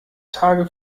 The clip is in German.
tage